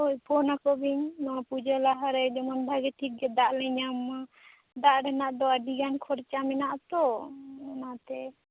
ᱦᱳᱭ ᱯᱷᱳᱱ ᱟᱠᱳ ᱵᱤᱱ ᱯᱩᱡᱟᱹ ᱞᱟᱦᱟᱨᱮ ᱵᱷᱟᱹᱜᱤ ᱴᱷᱤᱠ ᱫᱟᱜ ᱞᱮ ᱧᱟᱢ ᱢᱟ ᱫᱟᱜᱽ ᱨᱮᱱᱟᱜ ᱫᱚ ᱟᱹᱰᱤ ᱜᱟᱱ ᱠᱷᱚᱨᱪᱟ ᱢᱮᱱᱟᱜ ᱟᱛᱳ ᱚᱱᱟᱛᱮ